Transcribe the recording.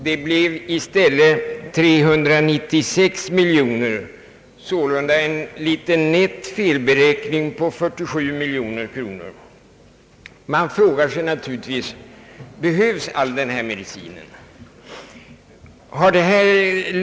De blev i stället 396 miljoner kronor — sålunda en liten nätt felberäkning på 47 miljoner kronor.